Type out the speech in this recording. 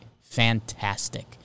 Fantastic